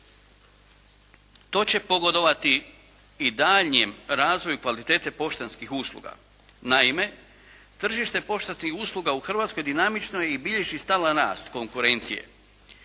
To će pogodovati i daljnjem razvoju kvalitete poštanskih usluga. Naime, tržište poštanskih usluga u Hrvatskoj dinamično je i bilježi stalan rast konkurencije.